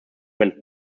went